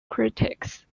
critics